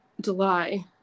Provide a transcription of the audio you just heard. july